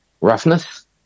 roughness